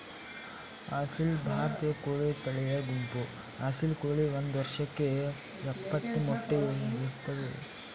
ಅಸೀಲ್ ಭಾರತೀಯ ಕೋಳಿ ತಳಿಯ ಗುಂಪು ಅಸೀಲ್ ಕೋಳಿ ಒಂದ್ ವರ್ಷಕ್ಕೆ ಯಪ್ಪತ್ತು ಮೊಟ್ಟೆ ಇಡ್ತದೆ